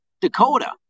Dakota